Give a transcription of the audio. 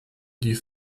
die